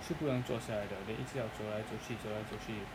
是不能坐下来的 then 一直要走来走去走来走去